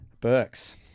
Burks